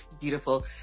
beautiful